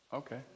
okay